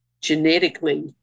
genetically